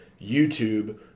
YouTube